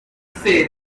say